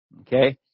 Okay